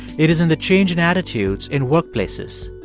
it is in the change in attitudes in workplaces,